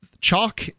chalk